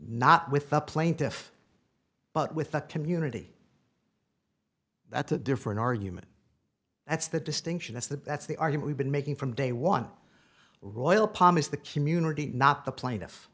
not with the plaintiff but with a community that's a different argument that's the distinction that's the that's the argument i've been making from day one royal palm is the community not the plaintiff